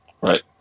Right